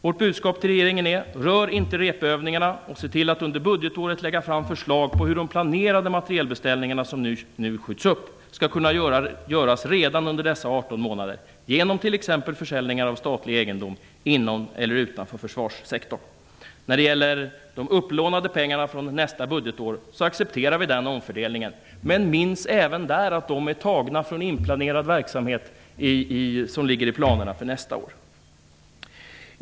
Vårt budskap till regeringen är: Rör inte repövningarna, och se till att under budgetåret lägga fram förslag till hur de planerade materielbeställningarna, som nu skjuts upp, skall kunna göras redan under dessa 18 månader, genom t.ex. försäljning av statlig egendom inom eller utanför försvarssektorn. När det gäller de upplånade pengarna för nästa budgetår accepterar vi omfördelningen, men minns även där att dessa pengar är tagna från verksamhet som är inplanerad för nästa år.